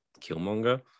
Killmonger